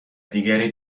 دیگری